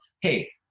hey